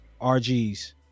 RGs